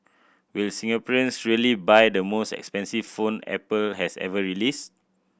will Singaporeans really buy the most expensive phone Apple has ever released